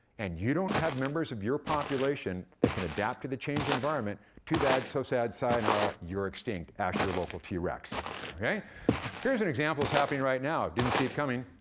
and you don't have members of your population that can adapt to the changing environment, too bad, so sad, sayonara, you're extinct. ask your local t-rex. here's an example that's happening right now. didn't see it coming.